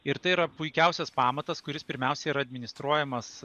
ir tai yra puikiausias pamatas kuris pirmiausia yra administruojamas